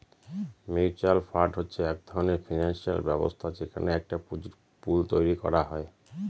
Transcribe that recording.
mutual fund হচ্ছে এক ধরনের ফিনান্সিয়াল ব্যবস্থা যেখানে একটা পুঁজির পুল তৈরী করা হয়